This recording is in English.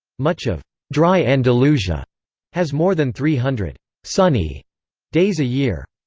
much of dry andalusia has more than three hundred sunny days a year.